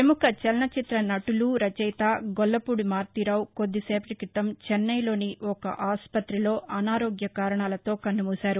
ప్రఘుఖ చలన చిత్ర నటులు రచయిత గొల్లపూడి మారుతీరావు కొద్ది సేపటి క్రితం చెన్నైలోని ఒక ఆస్పతిలో అనారోగ్య కారణాలతో కన్నుమూశారు